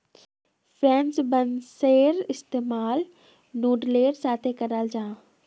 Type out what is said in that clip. French बेंसेर इस्तेमाल नूडलेर साथे कराल जाहा